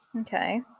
Okay